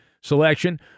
selection